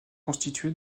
constitué